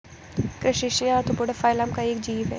crustacean arthropoda phylum का एक जीव है